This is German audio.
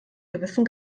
gewissen